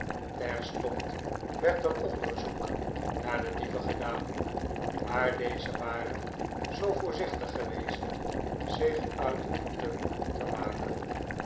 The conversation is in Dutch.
terstond werd er onderzoek naar de dieven gedaan maar deze waren zoo voorzichtig geweest zich uit de voeten te maken